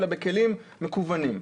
אלא בכלים מקוונים.